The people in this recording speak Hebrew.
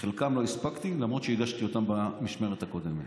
ואת חלקם לא הספקתי למרות שהגשתי אותם במשמרת הקודמת.